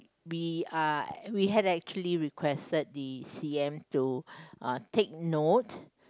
we are we had actually requested the c_m to uh take note